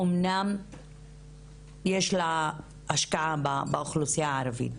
אמנם יש לה השקעה באוכלוסיה הערבית.